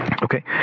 Okay